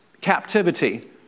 captivity